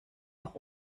noch